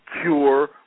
cure